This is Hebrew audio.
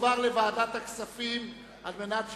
לפני שראש הממשלה הלך להישבע אמונים יחד עם ממשלתו אצל נשיא